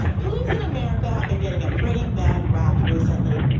police in america have been getting a pretty bad rap recently.